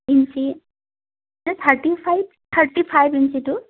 inch thirty five thirty five ইঞ্চিটো